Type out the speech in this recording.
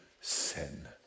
sin